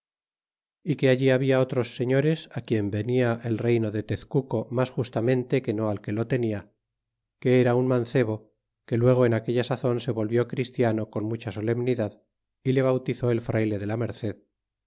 é que allí habla otros señores quien venia el reyno de tezcuco mas justamente que no al que lo tenia que era un mancebo que luego en aquella sazon se volvió christiano con mucha solemnidad y le bautizó el frayle de la merced